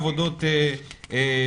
שישה חודשי עבודות שירות,